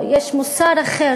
או: יש מוסר אחר,